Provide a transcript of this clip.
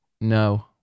no